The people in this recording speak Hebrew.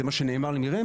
זה מה שנאמר לי מרמ"י,